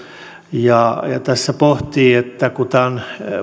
tässä pohtii että kun tämä on